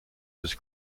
was